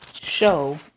show